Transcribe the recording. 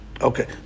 Okay